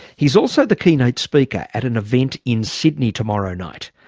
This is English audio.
he's also the keynote speaker at an event in sydney tomorrow night,